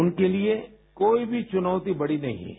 उनके लिए कोई भी चुनौती बड़ी नहीं है